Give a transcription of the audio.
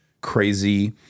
crazy